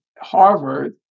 Harvard